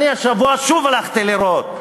השבוע אני שוב הלכתי לראות.